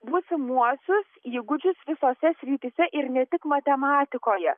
būsimuosius įgūdžius visose srityse ir ne tik matematikoje